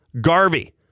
Garvey